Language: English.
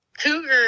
Cougar